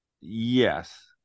Yes